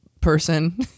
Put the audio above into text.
person